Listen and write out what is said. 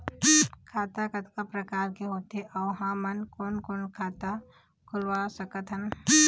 खाता कतका प्रकार के होथे अऊ हमन कोन कोन खाता खुलवा सकत हन?